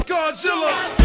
Godzilla